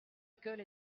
école